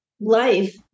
Life